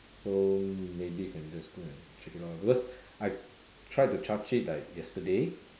so maybe you can just go and check it out lor because I tried to charge it like yesterday